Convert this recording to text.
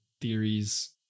theories